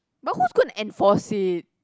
but who's going to enforce it